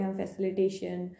facilitation